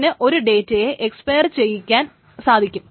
അതിന് ഒരു ഡേറ്റയെ എക്സ്പയർ ചെയ്യിക്കാൻ സാധിക്കും